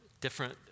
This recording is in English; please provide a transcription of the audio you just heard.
different